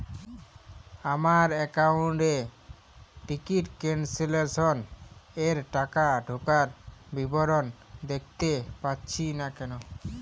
আমার একাউন্ট এ ticket cancellation এর টাকা ঢোকার বিবরণ দেখতে পাচ্ছি না কেন?